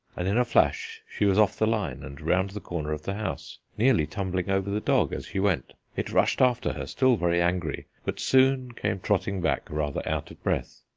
and in a flash she was off the line and round the corner of the house, nearly tumbling over the dog as she went. it rushed after her, still very angry, but soon came trotting back, rather out of breath,